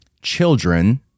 children